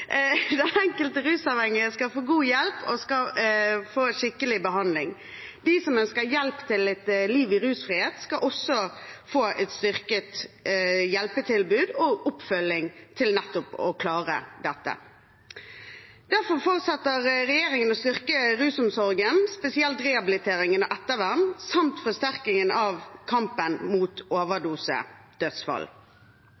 Den enkelte rusavhengige skal få god hjelp og skikkelig behandling. De som ønsker hjelp til et liv i rusfrihet, skal også få et styrket hjelpetilbud og oppfølging til nettopp å klare det. Derfor fortsetter regjeringen å styrke rusomsorgen, spesielt rehabilitering og ettervern samt forsterking av kampen mot